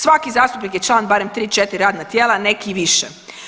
Svaki zastupnik je član barem 3-4 radna tijela, neki i više.